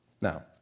Now